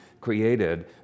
created